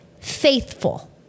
faithful